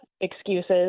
excuses